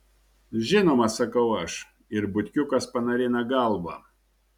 žinoma sakau aš ir butkiukas panarina galvą